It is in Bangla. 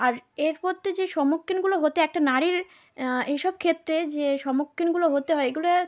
আর এর পর থেকে যে সম্মুখীন হতে একটা নারীর এইসব ক্ষেত্রে যে সম্মুখীনগুলো হতে হয় এগুলো